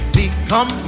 become